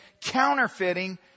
counterfeiting